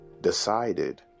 decided